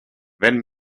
wenn